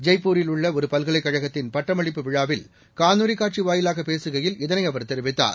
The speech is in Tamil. ஜெய்ப்பூரில் உள்ள ஒரு பல்கலைக் கழகத்தின் பட்டமளிப்பு விழாவில் காணொலிக் காட்சி வாயிலாக பேசுகையில் இதனை அவர் தெரிவித்தார்